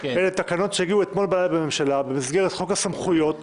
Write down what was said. אלה תקנות שהגיעו אתמול בלילה מהממשלה במסגרת חוק הסמכויות.